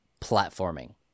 platforming